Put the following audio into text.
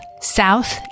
south